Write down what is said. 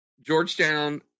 Georgetown